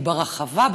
כי ברחבה,